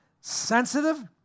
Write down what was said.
sensitive